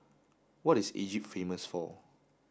what is Egypt famous for